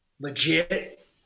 legit